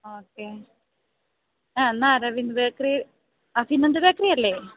okay ആ എന്നാല് Aravind bakery Abhinand ബേക്കറിയല്ലെ